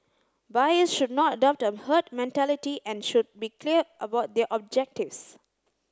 buyers should not adopt a herd mentality and should be clear about their objectives